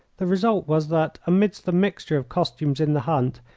the result was that, amidst the mixture of costumes in the hunt,